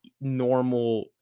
normal